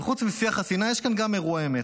אבל חוץ משיח השנאה יש כאן גם אירוע אמת,